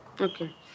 okay